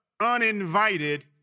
uninvited